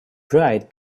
pride